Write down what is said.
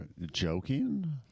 joking